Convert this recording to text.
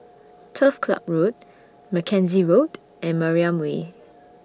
Turf Ciub Road Mackenzie Road and Mariam Way